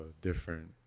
different